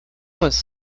was